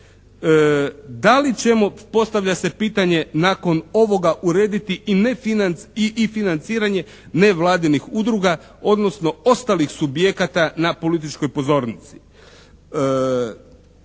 da li ćemo postavlja se pitanje nakon ovoga urediti i financiranje nevladinih udruga, odnosno ostalih subjekata na političkoj pozornici?